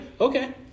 Okay